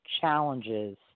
challenges